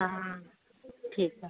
हा ठीकु आहे